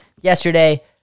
yesterday